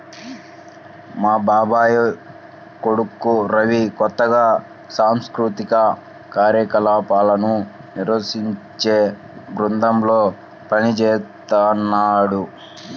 మా బాబాయ్ కొడుకు రవి కొత్తగా సాంస్కృతిక కార్యక్రమాలను నిర్వహించే బృందంలో పనిజేత్తన్నాడు